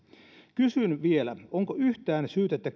kysyn vielä onko yhtään syytettä